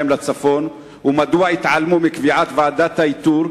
לצפון ומדוע התעלמו מקביעת ועדת האיתור,